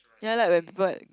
ya like when people